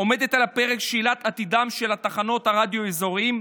עומדת על הפרק שאלת עתידן של תחנות הרדיו האזוריות.